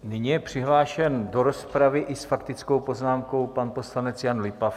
Nyní je přihlášen do rozpravy i s faktickou poznámkou pan poslanec Jan Lipavský.